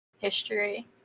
history